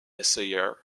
essayeur